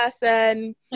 person